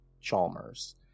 Chalmers